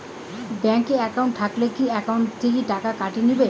Bank এ টাকা থাকিলে কি একাউন্ট থাকি টাকা কাটি নিবেন?